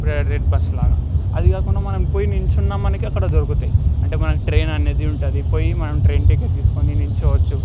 రె red bus లాగా అది కాకుండా మనం పొయ్యి నించున్న మనకి అక్కడ దొరుకుతాయి అంటే మనకి ట్రైన్ అనేది ఉంటుంది పొయ్యి మనం ట్రైన్ టికెట్ తీసుకొని నిల్చోవచ్చు